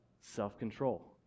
Self-control